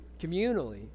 communally